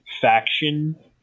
faction